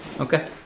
Okay